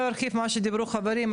לא ארחיב על מה שדיברו חברים,